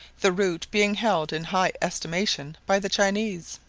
the root being held in high estimation by the chinese.